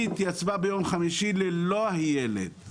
היא התייצבה ביום חמישי ללא הילד.